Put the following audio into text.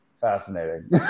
Fascinating